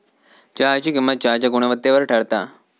चहाची किंमत चहाच्या गुणवत्तेवर ठरता